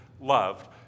loved